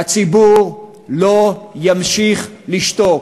הציבור לא ימשיך לשתוק.